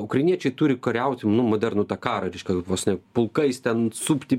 ukrainiečiai turi kariauti nu modernų tą karą reiškia vos ne pulkais ten supti